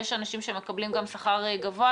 יש אנשים שמקבלים שכר גבוה.